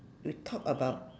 we talk about